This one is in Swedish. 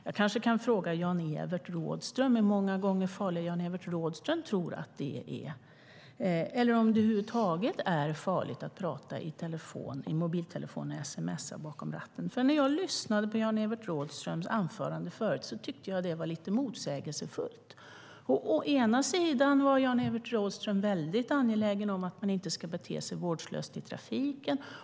Jag kanske kan fråga Jan-Evert Rådhström hur många gånger farligare han tror att det är - eller om det över huvud taget är farligt att tala i mobiltelefon eller sms:a bakom ratten. När jag lyssnade på Jan-Evert Rådhströms anförande tyckte jag att det var lite motsägelsefullt. Å ena sidan är han väldigt angelägen om att man inte ska bete sig vårdslöst i trafiken.